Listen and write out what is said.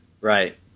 Right